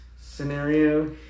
scenario